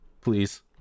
Please